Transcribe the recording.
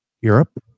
europe